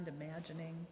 imagining